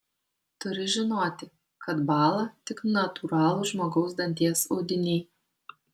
turi žinoti kad bąla tik natūralūs žmogaus danties audiniai